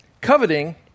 Coveting